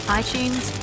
iTunes